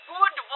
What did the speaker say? Good